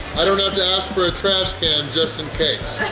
i don't have to ask for a trash can just in case!